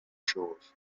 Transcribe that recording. shows